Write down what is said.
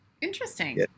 Interesting